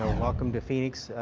welcome to phoenix.